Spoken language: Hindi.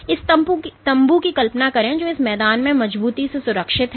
इस तम्बू की कल्पना करें जो इस मैदान में मजबूती से सुरक्षित है